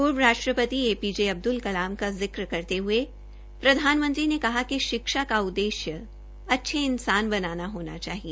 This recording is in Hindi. पूर्व राष्ट्रपति A P J Abdul Kalam का जिक्र करते हये प्रधानमंत्री ने कहा कि शिक्षा का उद्देश्य अच्दे इन्सान बनाना होना चाहिए